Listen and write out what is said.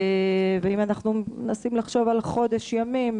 ואם אנחנו מנסים לחשוב על חודש ימים,